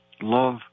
love